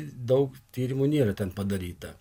daug tyrimų nėra ten padaryta